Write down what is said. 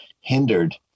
hindered